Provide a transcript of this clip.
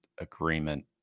agreement